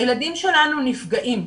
הילדים שלנו נפגעים.